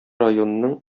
районының